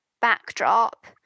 backdrop